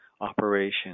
operation